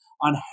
on